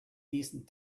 decent